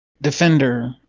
defender